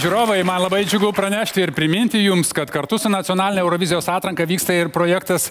žiūrovai man labai džiugu pranešti ir priminti jums kad kartu su nacionaline eurovizijos atranka vyksta ir projektas